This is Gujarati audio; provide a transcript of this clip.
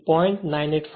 તેથી 0